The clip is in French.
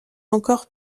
encore